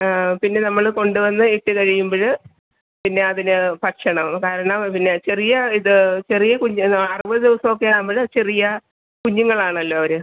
പിന്നെ നമ്മൾ കൊണ്ട് വന്ന് ഇട്ട് കഴിയുമ്പോൾ പിന്നെ അതിന് ഭക്ഷണം കാരണം പിന്നെ ചെറിയ ഇത് ചെറിയ കുഞ്ഞ് അറുപത് ദിവസമൊക്കെ ആവുമ്പോൾ ചെറിയ കുഞ്ഞുങ്ങളാണല്ലോ അവർ